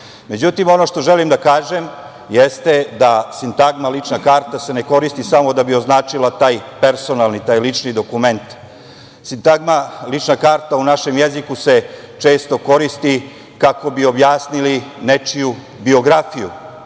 živimo.Međutim, ono što želim da kažem jeste da sintagma lična karta se ne koristi samo da bi označila taj personalni, taj lični dokument. Sintagma lična karta u našem jeziku se često koristi kako bi objasnili nečiju biografiju,